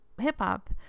hip-hop